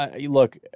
look